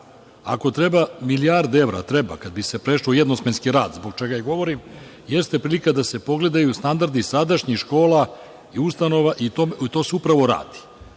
Ako treba, milijarde evra, treba, kad bi se prešlo u jednosmenski rad, zbog čega i govorim, jeste prilika da se pogledaju standardi sadašnjih škola i ustanova i to se upravo radi.